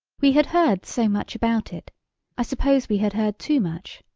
we had heard so much about it i suppose we had heard too much.